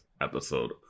episode